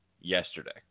yesterday